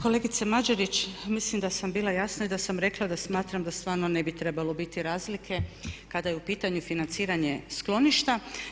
Kolegice Mađerić, mislim da sam bila jasna i da sam rekla da smatram da stvarno ne bi trebalo biti razlike kada je u pitanju financiranje skloništa.